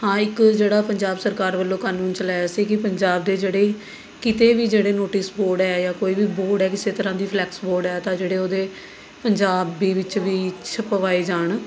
ਹਾਂ ਇੱਕ ਜਿਹੜਾ ਪੰਜਾਬ ਸਰਕਾਰ ਵੱਲੋਂ ਕਾਨੂੰਨ ਚਲਾਇਆ ਸੀ ਕਿ ਪੰਜਾਬ ਦੇ ਜਿਹੜੇ ਕਿਤੇ ਵੀ ਜਿਹੜੇ ਨੋਟਿਸ ਬੋਰਡ ਹੈ ਜਾਂ ਕੋਈ ਵੀ ਬੋਰਡ ਹੈ ਕਿਸੇ ਤਰ੍ਹਾਂ ਦੀ ਫਲੈਕਸ ਬੋਰਡ ਹੈ ਤਾਂ ਜਿਹੜੇ ਉਹਦੇ ਪੰਜਾਬੀ ਵਿੱਚ ਵੀ ਛਪਵਾਏ ਜਾਣ